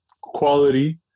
quality